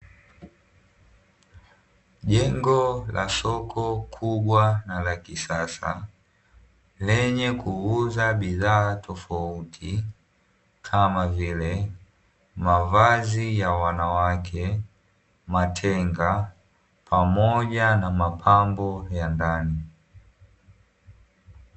Jengo la soko kubwa na la kisasa lenye kuuza bidhaa tofauti kama vile: mavazi ya wanawake, matenga pamoja na mapambo ya ndani.